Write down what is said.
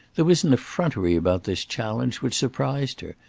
there was an effrontery about this challenge which surprised her,